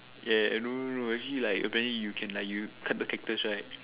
ya ya no no no actually like apparently you can like you cut the cactus right